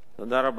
תודה רבה.